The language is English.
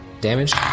damage